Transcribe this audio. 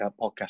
podcast